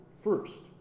first